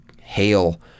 hail